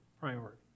priority